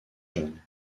jeune